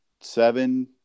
seven